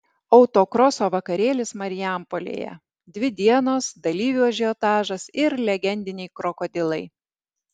autokroso vakarėlis marijampolėje dvi dienos dalyvių ažiotažas ir legendiniai krokodilai